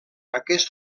aquest